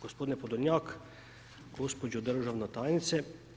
Gospodine Podolnjak, gospođo državna tajnice.